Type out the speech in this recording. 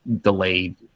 delayed